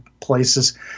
places